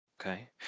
Okay